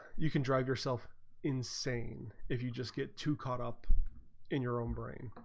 you can drive yourself insane if you just get too caught up in your own brain,